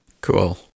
cool